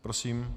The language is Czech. Prosím.